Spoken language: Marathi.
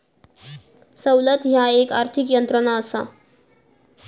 सवलत ह्या एक आर्थिक यंत्रणा असा